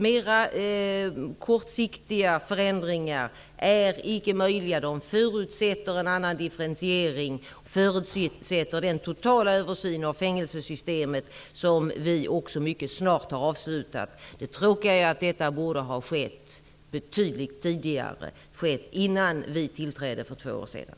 Mera kortsiktiga förändringar är icka möjliga. De förutsätter en annan differentiering, de förutsätter den totala översyn av fängelsesystemet som vi också mycket snart har avslutat. Det tråkiga är att detta borde ha skett betydligt tidigare. Det borde ha skett innan vi tillträdde för två år sedan.